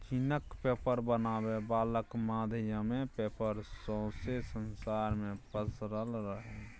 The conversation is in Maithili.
चीनक पेपर बनाबै बलाक माध्यमे पेपर सौंसे संसार मे पसरल रहय